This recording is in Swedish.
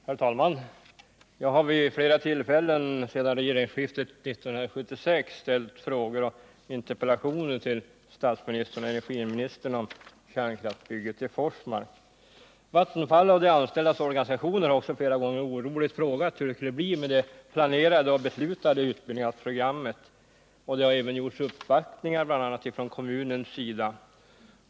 Herr talman! Jag har vid flera tillfällen sedan regeringsskiftet 1976 riktat frågor och interpellationer till statsministern och energiministern om kärnkraftsbygget i Forsmark. Också Vattenfall och de anställdas organisationer har flera gånger oroligt frågat hur det skulle bli med det planerade och beslutade utbyggnadspro grammet, och det har även gjorts uppvaktningar, bl.a. från kommunens sida.